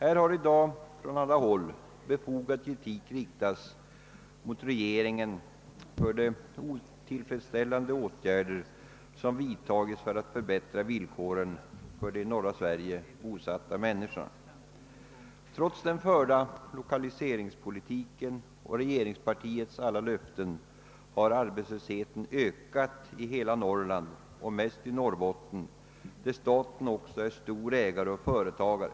I dag har från alla håll befogad kritik riktats mot regeringen för de otillfredsställande åtgärder som vidtagits för att skapa bättre villkor för de i norra Sverige bosatta människorna. Trots den förda lokaliseringspolitiken och regeringspartiets alla löften har arbetslösheten ökat i hela Norrland — och mest i Norrbotten, där staten är stor företagare.